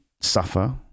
suffer